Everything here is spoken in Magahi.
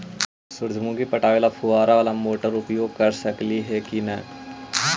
सुरजमुखी पटावे ल फुबारा बाला मोटर उपयोग कर सकली हे की न?